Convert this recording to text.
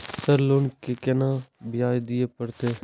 Sir loan के केना ब्याज दीये परतें?